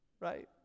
right